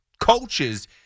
coaches